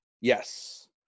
Yes